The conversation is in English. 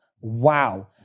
Wow